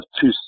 two